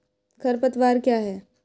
खरपतवार क्या है?